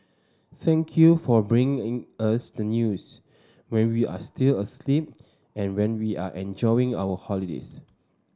thank you for bringing us the news when we are still asleep and when we are enjoying our holidays